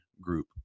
group